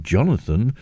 Jonathan